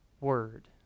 word